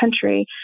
country